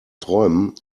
träumen